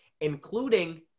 including